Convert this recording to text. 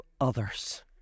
others